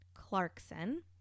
clarkson